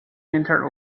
entered